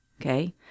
okay